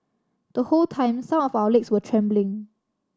the whole time some of our legs were trembling